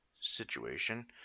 situation